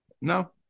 No